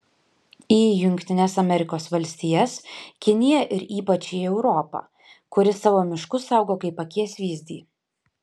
į jungtines amerikos valstijas kiniją ir ypač į europą kuri savo miškus saugo kaip akies vyzdį